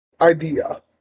idea